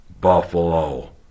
Buffalo